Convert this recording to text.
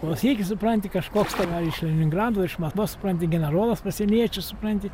klausykis supranti kažkoks ten ar iš leningrado ar iš maskvos supranti generolas pasieniečių supranti